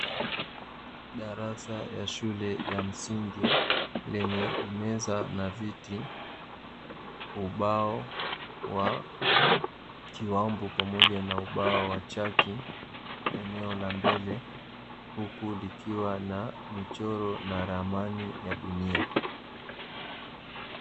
Darasa ya shule ya msingi lenye meza na viti, ubao wa kiwambo pamoja na ubao wa chaki, eneo la mbele huku likiwa na michoro na ramani ya dunia.